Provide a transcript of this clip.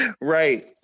right